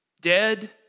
Dead